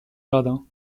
jardins